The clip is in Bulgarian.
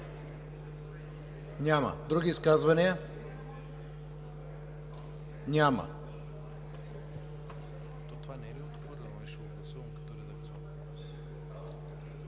Няма. Други изказвания? Няма.